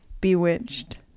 bewitched